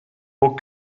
what